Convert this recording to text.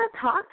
talk